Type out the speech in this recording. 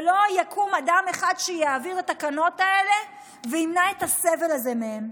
ולא יקום אדם אחד שיעביר את התקנות האלה וימנע את הסבל הזה מהן.